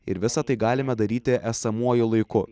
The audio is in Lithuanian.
ir visa tai galima daryti esamuoju laiku